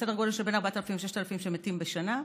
סדר גודל של בין 4,000 ל-6,000 שמתים בשנה,